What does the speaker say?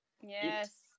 Yes